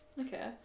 Okay